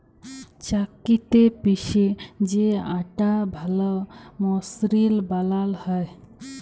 চাক্কিতে পিসে যে আটা ভাল মসৃল বালাল হ্যয়